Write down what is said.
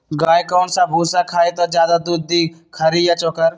गाय कौन सा भूसा खाई त ज्यादा दूध दी खरी या चोकर?